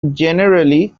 generally